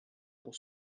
pour